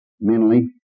mentally